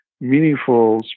meaningful